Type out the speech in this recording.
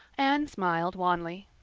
anne smiled wanly.